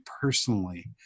personally